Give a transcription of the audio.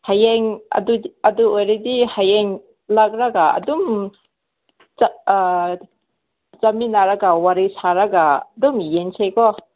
ꯍꯌꯦꯡ ꯑꯗꯨ ꯑꯗꯨ ꯑꯣꯏꯔꯗꯤ ꯍꯌꯦꯡ ꯂꯥꯛꯂꯒ ꯑꯗꯨꯝ ꯆꯠꯃꯤꯟꯅꯔꯒ ꯋꯥꯔꯤ ꯁꯔꯒꯥ ꯑꯗꯨꯝ ꯌꯦꯡꯁꯤꯀꯣ